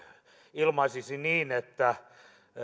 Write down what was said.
ilmaisisi niin että